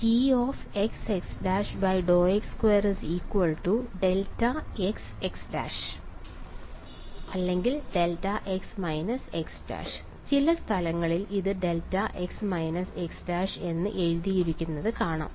d2Gxx′ dx2 δxx′ ചില സ്ഥലങ്ങളിൽ ഇത് δx x′ എന്ന് എഴുതിയിരിക്കുന്നത് കാണാം